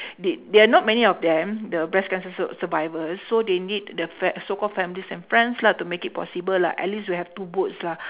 they there are not many of them the breast cancer sur~ survivors so they need the fa~ so-called families and friends lah to make it possible lah at least to have two boats lah